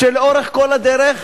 ולאורך כל הדרך